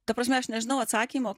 ta prasme aš nežinau atsakymo